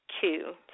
Two